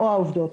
או העובדות.